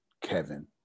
Kevin